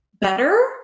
better